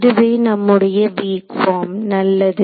இதுவே நம்முடைய weak form நல்லது